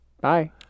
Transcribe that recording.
Bye